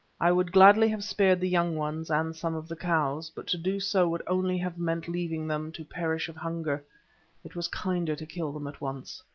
i would gladly have spared the young ones and some of the cows, but to do so would only have meant leaving them to perish of hunger it was kinder to kill them at once.